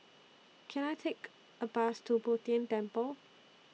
Can I Take A Bus to Bo Tien Temple